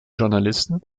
journalisten